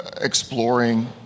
exploring